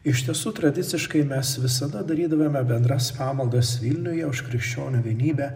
iš tiesų tradiciškai mes visada darydavome bendras pamaldas vilniuje už krikščionių vienybę